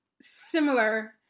similar